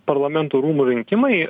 parlamento rūmų rinkimai